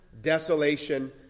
desolation